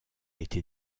était